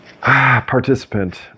Participant